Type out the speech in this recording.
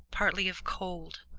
partly of cold,